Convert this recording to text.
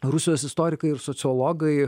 rusijos istorikai ir sociologai